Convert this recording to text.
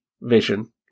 vision